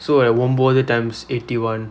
so like ஒன்பது:onbathu times eighty one